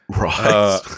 Right